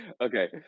Okay